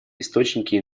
источники